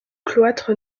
cloître